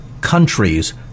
countries